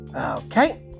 Okay